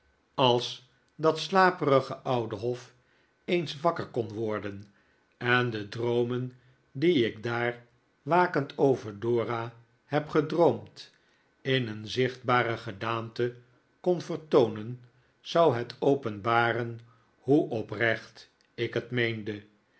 als dat slaperige oude hof eens wakker kon worden en de droomen die ik daar wakend over dora heb gedroomd in een zichtbare gedaante kon vertoonen zou het openbaren hoe oprecht ik het meende